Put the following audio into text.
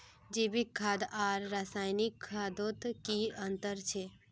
जैविक खाद आर रासायनिक खादोत की अंतर छे?